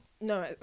No